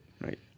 right